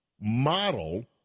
model